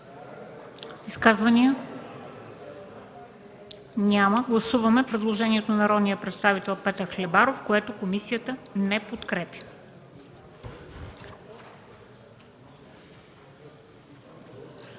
не е прието. Гласуваме предложението на народния представител Петър Хлебаров, което комисията не подкрепя.